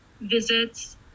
visits